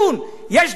יש דרך.